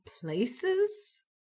places